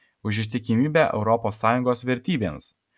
už ištikimybę europos sąjungos vertybėms